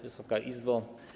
Wysoka Izbo!